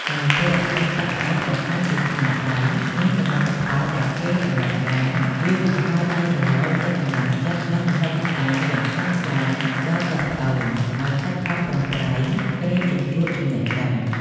នៅពេលអតីតសិស្សបង្ហាញពីស្នាដៃ និងសមិទ្ធផលដែលគេសម្រេចបាន វាបង្កើតនូវរលកនៃកម្លាំងចិត្ត និងមហិច្ឆតាយ៉ាងខ្លាំងក្លាដល់សិស្សប្អូនឱ្យខិតខំប្រឹងប្រែងក្រេបជញ្ជក់ចំណេះដឹង។